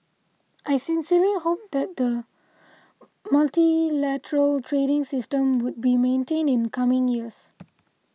I sincerely hope that the multilateral trading system would be maintained in coming years